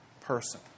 person